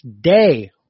day